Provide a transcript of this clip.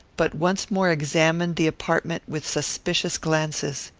but once more examined the apartment with suspicious glances.